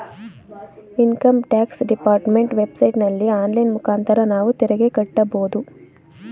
income tax department web ಸೈಟಲ್ಲಿ online ಮುಖಾಂತರ ನಾವು ತೆರಿಗೆ ಕಟ್ಟಬೋದು